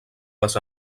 les